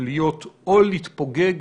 להתפוגג